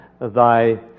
thy